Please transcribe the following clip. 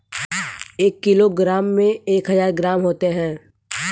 एक किलोग्राम में एक हजार ग्राम होते हैं